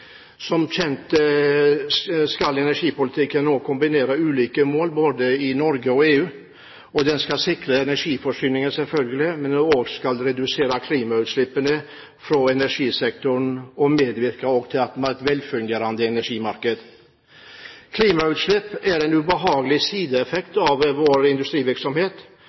Som kjent skal energipolitikken nå kombinere ulike mål både i Norge og i EU. Den skal sikre energiforsyningen, selvfølgelig, men den skal også redusere klimautslippene fra energisektoren og medvirke til et velfungerende energimarked. Klimautslipp er en ubehagelig sideeffekt av vår industrivirksomhet.